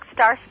Star